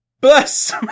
Bless